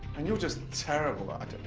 and you're just terrible at it.